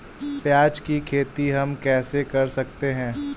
प्याज की खेती हम कैसे कर सकते हैं?